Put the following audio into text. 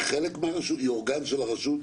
היא חלק מהרשות, הוא אורגן של הרשות?